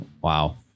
Wow